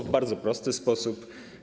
W bardzo prosty sposób.